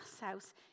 house